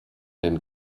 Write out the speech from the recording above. den